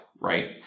right